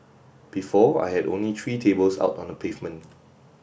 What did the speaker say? before I had only three tables out on the pavement